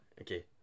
Okay